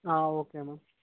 ఆ okay ma'am